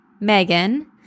Megan